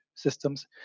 systems